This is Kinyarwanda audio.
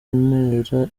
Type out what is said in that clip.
antera